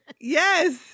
Yes